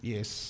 Yes